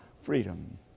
freedom